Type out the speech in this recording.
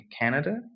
Canada